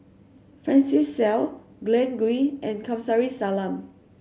Francis Seow Glen Goei and Kamsari Salam